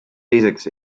teiseks